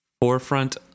forefront